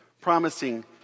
promising